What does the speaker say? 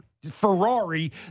Ferrari